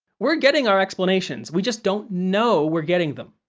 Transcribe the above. we're getting our explanations, we just don't know we're getting them.